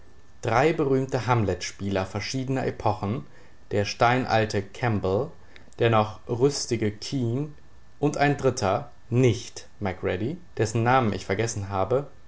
drei berühmte hamletspieler verschiedener epochen der steinalte kemble der noch rüstige kean und ein dritter nicht macready dessen namen ich vergessen habe